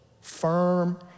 firm